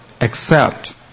accept